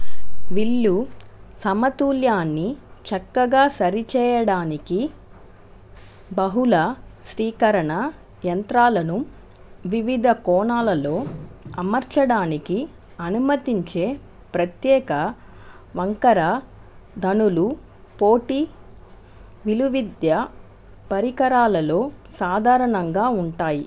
విల్లు సమతుల్యాన్ని చక్కగా సరిచేయడానికి బహుళ స్వీకరణ యంత్రాలను వివిధ కోణాలలో అమర్చడానికి అనుమతించే ప్రత్యేక వంకర ధనులు పోటీ విలువిద్య పరికరాలలో సాధారణంగా ఉంటాయి